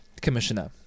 commissioner